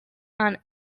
and